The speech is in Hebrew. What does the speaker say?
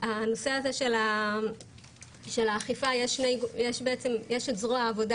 בנושא הזה של האכיפה יש את זרוע העבודה